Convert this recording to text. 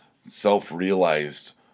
self-realized